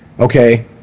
Okay